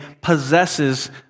possesses